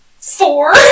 Four